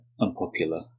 unpopular